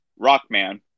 Rockman